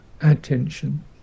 attention